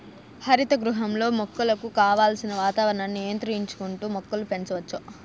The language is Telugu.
హరిత గృహంలో మొక్కలకు కావలసిన వాతావరణాన్ని నియంత్రించుకుంటా మొక్కలను పెంచచ్చు